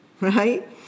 Right